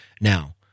Now